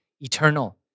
eternal